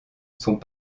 sont